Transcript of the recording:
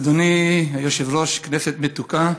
אדוני היושב-ראש, כנסת מתוקה,